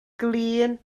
glin